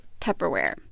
Tupperware